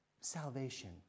salvation